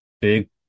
big